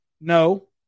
No